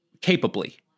capably